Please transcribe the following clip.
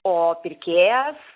o pirkėjas